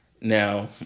Now